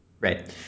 right